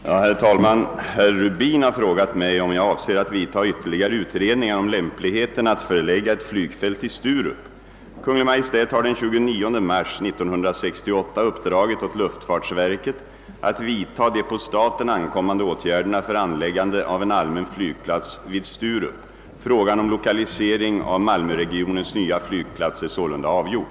Herr talman! Herr Rubin har frågat mig, om jag avser att vidta ytterligare utredningar om lämpligheten att förlägga ett flygfält i Sturup. Kungl. Maj:t har den 29 mars 1968 uppdragit åt luftfartsverket att vidta de på staten ankommande åtgärderna för anläggande av en allmän flygplats vid Sturup. Frågan om lokalisering av malmöregionens nya flygplats är sålunda avgjord.